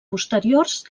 posteriors